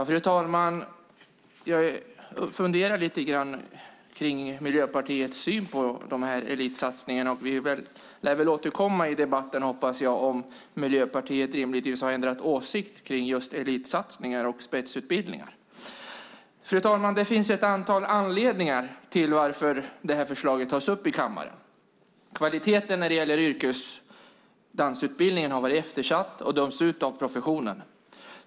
Fru talman! Jag funderar lite grann på Miljöpartiets syn på elitsatsningarna. Vi lär väl återkomma i debatten, hoppas jag, till om Miljöpartiet möjligtvis har ändrat åsikt om elitsatsningar och spetsutbildningar. Fru talman! Det finns ett antal anledningar till att förslaget tas upp i kammaren. Kvaliteten på yrkesdansarutbildningen har varit eftersatt och dömts ut av professionen.